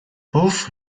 both